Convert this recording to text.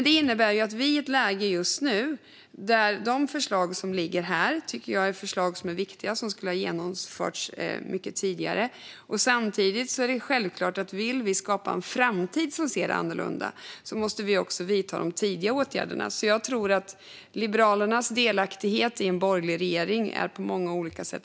Det innebär att vi är i ett läge just nu där jag tycker att de förslag som ligger på bordet är viktiga och skulle ha genomförts mycket tidigare - och samtidigt är det självklart att vi om vi vill skapa en framtid som ser annorlunda ut måste vidta de tidiga åtgärderna. Jag tror alltså att Liberalernas delaktighet i en borgerlig regering är avgörande på många olika sätt.